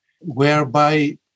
whereby